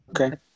Okay